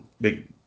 big